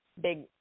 big